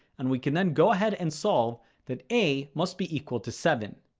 and we can then go ahead and solve that a must be equal to seven.